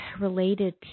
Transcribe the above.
related